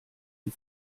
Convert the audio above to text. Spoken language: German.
die